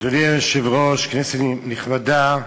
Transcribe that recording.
אדוני היושב-ראש, כנסת נכבדה,